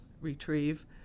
retrieve